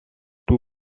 too